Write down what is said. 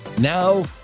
now